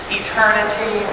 eternity